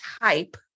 type